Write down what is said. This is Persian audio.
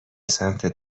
سمت